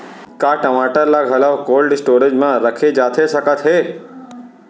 का टमाटर ला घलव कोल्ड स्टोरेज मा रखे जाथे सकत हे?